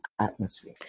atmosphere